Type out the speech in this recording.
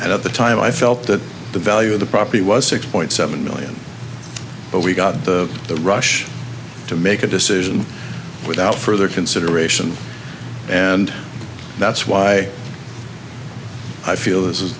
and at the time i felt that the value of the property was six point seven million but we got the the rush to make a decision without further consideration and that's why i feel